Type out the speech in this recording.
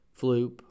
floop